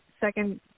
second